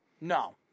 No